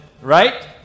right